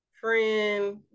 friend